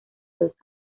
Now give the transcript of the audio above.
dos